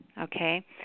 Okay